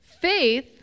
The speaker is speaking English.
Faith